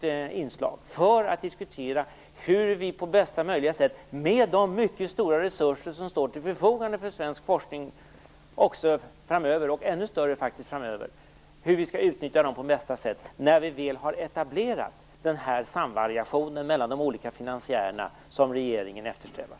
Vi skall diskutera hur vi på bästa möjliga sätt, med de mycket stora resurser som där står till förfogande för svensk forskning - resurser som är ännu större framöver - skall utnyttja dem på bästa sätt när vi väl har etablerat den samvariation mellan de olika finansiärerna som regeringen eftersträvar.